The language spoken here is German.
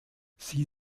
sie